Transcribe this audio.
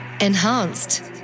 Enhanced